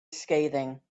scathing